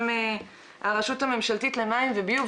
רפרנט מים ותעופה,